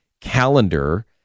calendar